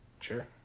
Sure